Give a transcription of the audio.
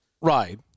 Right